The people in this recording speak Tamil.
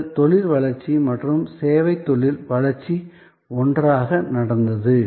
எங்கள் தொழில் வளர்ச்சி மற்றும் சேவை தொழில் வளர்ச்சி ஒன்றாக நடந்தது